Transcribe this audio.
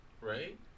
Right